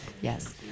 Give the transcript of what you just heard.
Yes